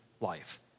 life